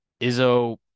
Izzo